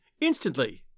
Instantly